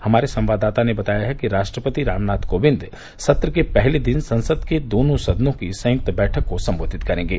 हमारे संवाददाता ने बताया है कि राष्ट्रपति रामनाथ कोविंद सत्र के पहले दिन संसद के दोनों सदनों की संयुक्त बैठक को संबोधित करेंगे